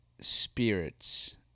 spirits